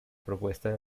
propuesta